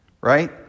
Right